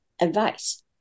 advice